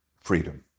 freedom